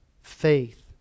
faith